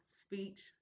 speech